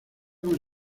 con